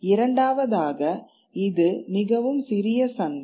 இரண்டாவதாக இது மிகவும் சிறிய சந்தை